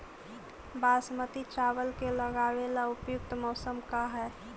बासमती चावल के लगावे ला उपयुक्त मौसम का है?